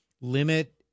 limit –